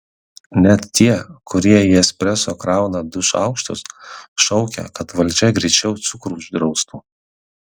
net tie kurie į espreso krauna du šaukštus šaukia kad valdžia greičiau cukrų uždraustų